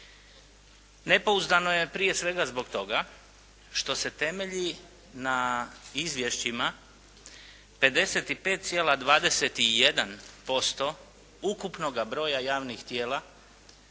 Nepouzdano je prije svega zbog toga što se temelji na izvješćima 55,21% ukupnoga broja javnih tijela